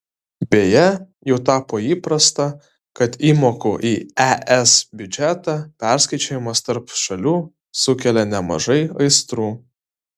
beje jau tapo įprasta kad įmokų į es biudžetą perskaičiavimas tarp šalių sukelia nemažai aistrų